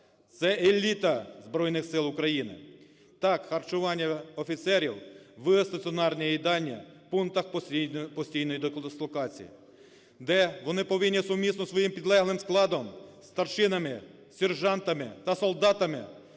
це еліта Збройних Сил України, - так, харчування офіцерів в стаціонарних їдальнях, пунктах постійної дислокації, де вони повинні сумісно з своїм підлеглим складом, старшинами, сержантами та солдатами,